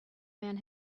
man